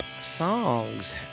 songs